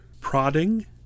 prodding